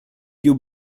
più